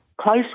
Close